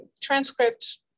transcript